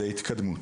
זו התקדמות.